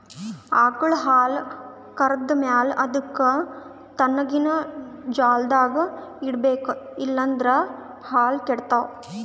ಆಕಳ್ ಹಾಲ್ ಕರ್ದ್ ಮ್ಯಾಲ ಅದಕ್ಕ್ ತಣ್ಣಗಿನ್ ಜಾಗ್ದಾಗ್ ಇಡ್ಬೇಕ್ ಇಲ್ಲಂದ್ರ ಹಾಲ್ ಕೆಡ್ತಾವ್